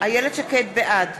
בעד